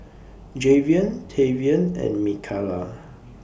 Javion Tavian and Mikalah